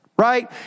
Right